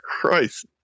Christ